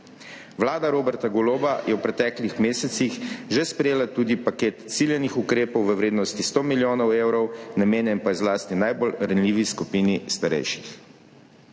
Vlada Roberta Goloba je v preteklih mesecih že sprejela tudi paket ciljanih ukrepov v vrednosti 100 milijonov evrov, namenjen pa je zlasti najbolj ranljivi skupini starejših.